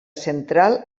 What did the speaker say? central